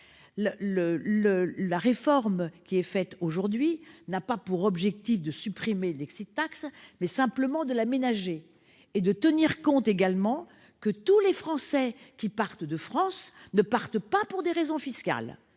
La réforme envisagée aujourd'hui n'a pas pour objectif de supprimer cette taxe, mais simplement de l'aménager et de tenir compte du fait que tous les Français qui partent de France ne le font pas pour des raisons fiscales.